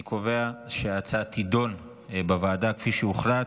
אני קובע שההצעה תידון בוועדה כפי שהוחלט.